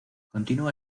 continúa